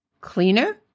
Cleaner